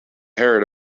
heard